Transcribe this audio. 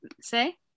say